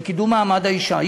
לקידום מעמד האישה.